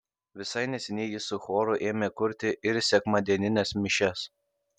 visai neseniai jis su choru ėmė kurti ir sekmadienines mišias